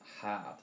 hard